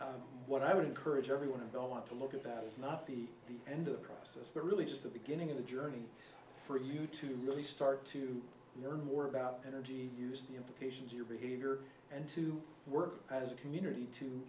occupancy what i would encourage everyone to don't want to look at that is not the end of the process but really just the beginning of the journey for you to really start to learn more about energy use the implications of your behavior and to work as a community to